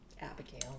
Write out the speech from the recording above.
abigail